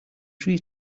tree